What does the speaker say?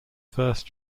first